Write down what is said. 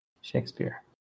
Shakespeare